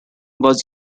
was